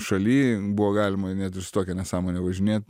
šaly buvo galima ir net ir su tokia nesąmone važinėt